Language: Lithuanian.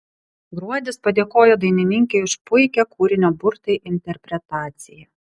gruodis padėkojo dainininkei už puikią kūrinio burtai interpretaciją